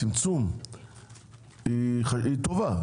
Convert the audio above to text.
הצמצום היא טובה,